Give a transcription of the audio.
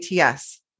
ATS